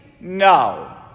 No